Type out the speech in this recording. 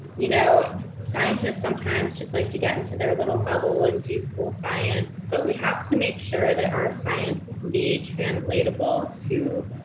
you know scientists sometimes just like to get into their little bubble and do full science, but we have to make sure that our science can be translatable to